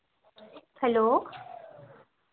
hello